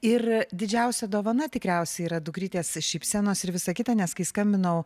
ir didžiausia dovana tikriausiai yra dukrytės šypsenos ir visa kita nes kai skambinau